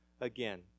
again